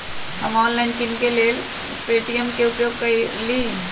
हम ऑनलाइन किनेकेँ लेल पे.टी.एम के उपयोग करइले